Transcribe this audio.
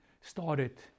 started